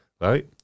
right